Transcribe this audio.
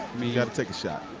yeah to take a shot.